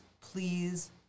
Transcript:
please